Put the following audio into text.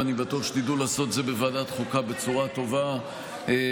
ואני בטוח שתדעו לעשות את זה בוועדת חוקה בצורה טובה ומסודרת.